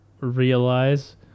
realize